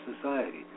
society